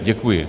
Děkuji.